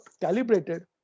calibrated